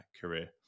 career